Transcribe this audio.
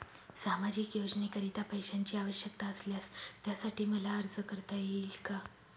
सामाजिक योजनेकरीता पैशांची आवश्यकता असल्यास त्यासाठी मला अर्ज करता येईल का?